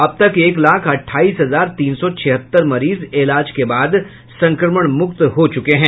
अब तक एक लाख अट्ठाईस हजार तीन सौ छिहत्तर मरीज इलाज के बाद संक्रमण मुक्त हो चुके हैं